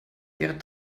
ihrer